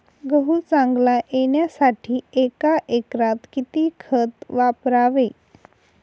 गहू चांगला येण्यासाठी एका एकरात किती खत वापरावे?